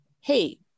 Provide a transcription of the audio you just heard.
hey